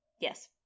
Yes